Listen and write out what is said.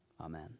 Amen